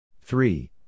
three